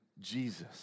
Jesus